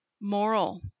moral